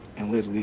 and the